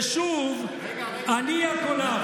ושוב אני הקולב.